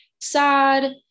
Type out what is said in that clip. sad